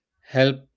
help